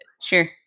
Sure